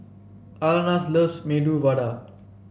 Alana loves Medu Vada